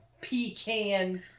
Pecans